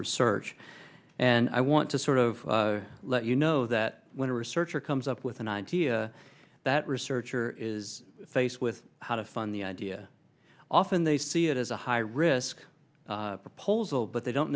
research and i want to sort of let you know that when a researcher comes up with an idea that researcher is faced with how to fund the idea often they see it as a high risk proposal but they don't